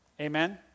Amen